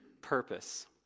purpose